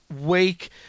week